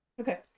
Okay